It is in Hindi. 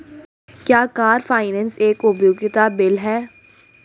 क्या कार फाइनेंस एक उपयोगिता बिल है?